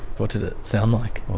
what did it sound like?